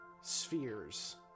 spheres